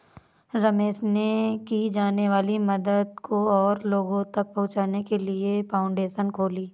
रमेश ने की जाने वाली मदद को और लोगो तक पहुचाने के लिए फाउंडेशन खोली